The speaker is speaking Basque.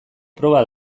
proba